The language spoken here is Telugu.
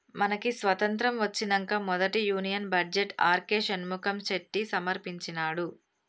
మనకి స్వతంత్రం ఒచ్చినంక మొదటి union budget R K Shanmukham Chetty సమర్పించినాడు